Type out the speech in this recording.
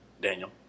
Daniel